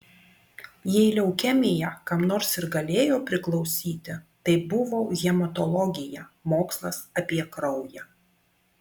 jei leukemija kam nors ir galėjo priklausyti tai buvo hematologija mokslas apie kraują